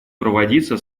проводиться